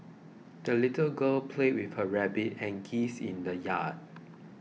the little girl played with her rabbit and geese in the yard